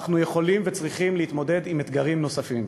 אנחנו יכולים וצריכים להתמודד עם אתגרים נוספים.